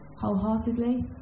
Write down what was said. wholeheartedly